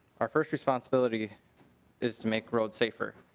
our first responsibility is to make roads safer.